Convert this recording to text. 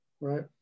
Right